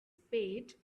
spade